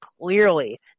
clearly